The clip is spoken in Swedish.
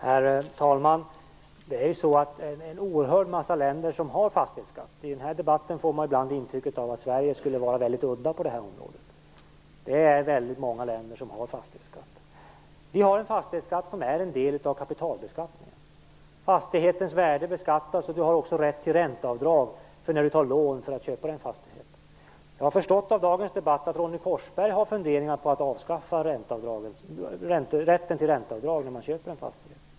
Herr talman! Fastighetsskatt finns i en oerhörd massa länder. I denna debatt får man ibland intrycket av att Sverige skulle vara väldigt udda på det här området, men det är väldigt många länder som har fastighetsskatt. Vi har en fastighetsskatt som är en del av kapitalbeskattningen. Fastighetens värde beskattas, och vi har också rätt till ränteavdrag när man tar lån för att köpa en fastighet. Av dagens debatt har jag förstått att Ronny Korsberg har funderingar på att avskaffa rätten till ränteavdrag när man köper en fastighet.